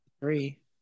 three